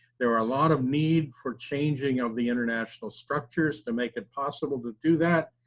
there are a lot of need for changing of the international structures to make it possible to do that,